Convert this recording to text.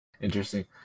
Interesting